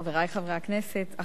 חברי חברי הכנסת,